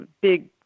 big